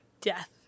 death